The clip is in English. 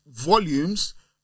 volumes